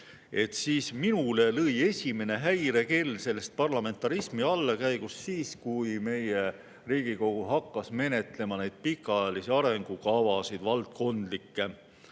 siis minul lõi esimene häirekell sellest parlamentarismi allakäigust siis, kui meie Riigikogu hakkas menetlema neid pikaajalisi valdkondlikke